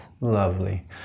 lovely